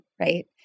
right